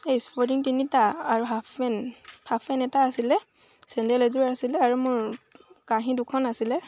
এই স্পৰ্টিং তিনিটা আৰু হাফ পেন হাফ পেন এটা আছিলে চেণ্ডেল এযোৰ আছিলে আৰু মোৰ কাঁহী দুখন আছিলে